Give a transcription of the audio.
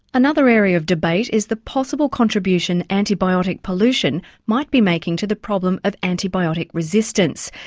another area of debate is the possible contribution antibiotic pollution might be making to the problem of antibiotic resistance.